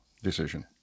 decision